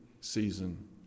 season